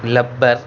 rubber